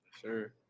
Sure